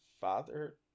father